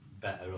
better